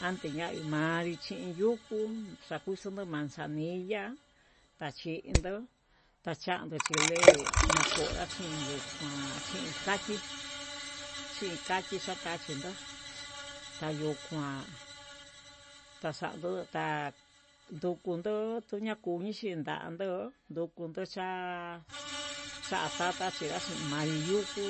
Ante ñanri manri chii yukú, xakuxunu manzanilla chachindó tachaño chinré nakoya chinyu kuan chii kachí, chin kachi chaxanchi ndo'ó tayuu kuan taxando ta ndukundo tuu ñakumi chindan do'o nokundu cha'a yatata xhin manri yukú,